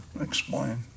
explain